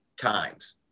times